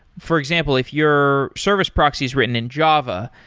for example, if your service proxy is written in java,